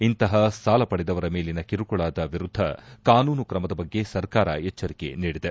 ಇಂತಹ ಸಾಲ ಪಡೆದವರ ಮೇಲಿನ ಕಿರುಕುಳದ ವಿರುದ್ದ ಕಾನೂನು ಕ್ರಮದ ಬಗ್ಗೆ ಸರ್ಕಾರ ಎಚ್ಡರಿಕೆ ನೀಡಿದೆ